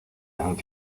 and